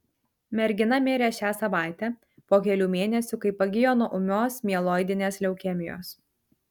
mergina mirė šią savaitę po kelių mėnesių kai pagijo nuo ūmios mieloidinės leukemijos